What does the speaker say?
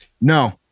No